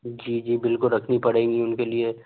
जी जी बिल्कुल रखनी पड़ेगी उनके लिए